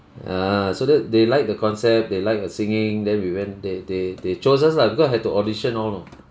ah so that they liked the concept they liked the singing then we went they they they chose us lah because had to audition all know